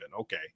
Okay